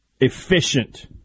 efficient